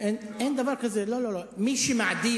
אין דבר כזה, לא, לא, לא.